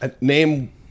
Name